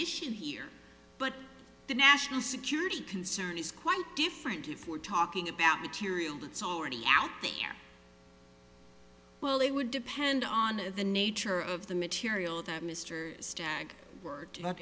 issue here but the national security concern is quite different if we're talking about material that's already out there well it would depend on the nature of the material that mr sta